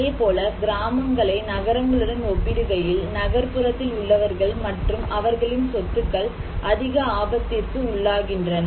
அதேபோல கிராமங்களை நகரங்களுடன் ஒப்பிடுகையில் நகர்புறத்தில் உள்ளவர்கள் மற்றும் அவர்களின் சொத்துக்கள் அதிக ஆபத்திற்கு உள்ளாகின்றன